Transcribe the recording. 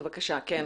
בבקשה, גב'